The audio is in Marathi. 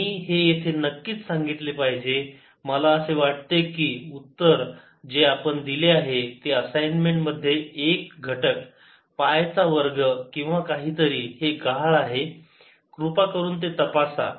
मी येथे हे नक्कीच सांगितले पाहिजे मला असे वाटते की उत्तर जे आपण दिले आहे ते असाइन्मेंट मध्ये एक घटक पाय चा वर्ग किंवा काहीतरी हे गहाळ आहे कृपा करून ते तपासा